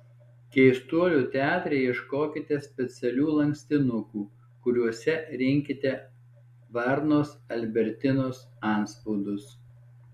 keistuolių teatre ieškokite specialių lankstinukų kuriuose rinkite varnos albertinos antspaudus